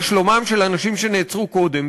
לשלומם של האנשים שנעצרו קודם,